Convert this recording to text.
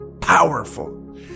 powerful